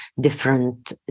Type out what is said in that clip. different